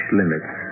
limits